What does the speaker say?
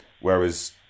whereas